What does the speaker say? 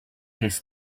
this